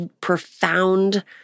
profound